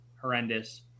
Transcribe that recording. horrendous